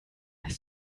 ist